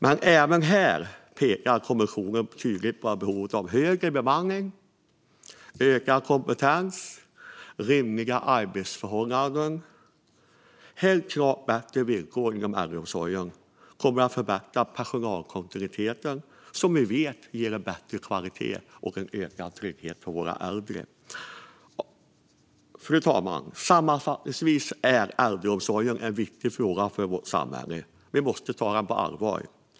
Men även här pekar Coronakommissionen tydligt på behovet av högre bemanning, ökad kompetens och rimliga arbetsförhållanden - helt enkelt bättre villkor inom äldreomsorgen. Det kommer att förbättra personalkontinuiteten, som i sin tur ger bättre kvalitet och ökad trygghet för de äldre. Fru talman! Sammanfattningsvis är äldreomsorgen en viktig fråga för samhället, och den måste tas på allvar.